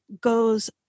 goes